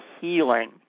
healing